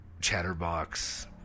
chatterbox